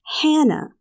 Hannah